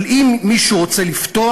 אבל אם מישהו רוצה לפתוח,